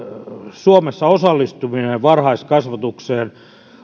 suomessa osallistuminen varhaiskasvatukseen